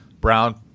Brown